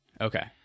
okay